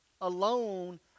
Alone